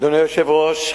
אדוני היושב-ראש,